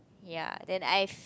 ya then I've